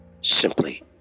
simply